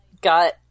got